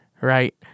right